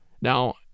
Now